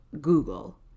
Google